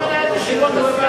יש פה 20?